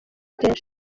kenshi